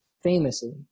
famously